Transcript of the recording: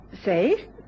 say